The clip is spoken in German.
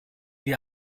die